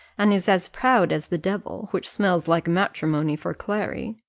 and is as proud as the devil, which smells like matrimony for clary.